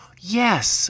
Yes